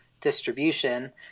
distribution